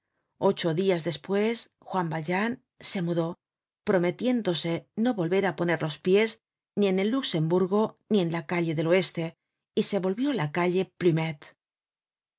ocho dias despues juan valjean se mudó prometiéndose no volver á poner los pies ni en el luxemburgo ni en la calle del oeste y se volvió á la calle plumet